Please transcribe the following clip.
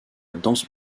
danse